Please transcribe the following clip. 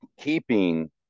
keeping